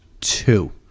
two